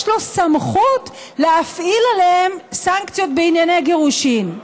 יש לו סמכות להפעיל עליהם סנקציות בענייני גירושין.